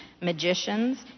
Magicians